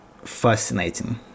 fascinating